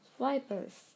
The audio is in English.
wipers